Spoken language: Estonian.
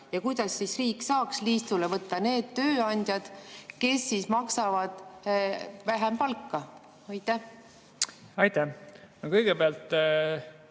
ja kuidas riik saaks liistule võtta need tööandjad, kes maksavad vähem palka? Aitäh! Kõigepealt,